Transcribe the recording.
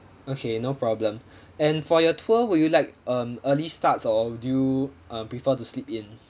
okay no problem and for your tour would you like um early starts or do you uh prefer to sleep in